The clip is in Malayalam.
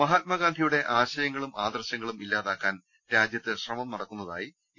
മഹാത്മ ഗാന്ധിയുടെ ആശയങ്ങളും ആദർശങ്ങളും ഇല്ലാതാക്കാൻ രാജ്യത്ത് ശ്രമം നടക്കുന്നതായി എ